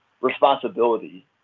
responsibility